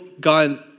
God